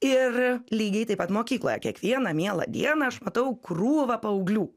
ir lygiai taip pat mokykloje kiekvieną mielą dieną aš matau krūvą paauglių